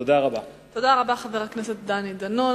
תודה רבה, חבר הכנסת דני דנון.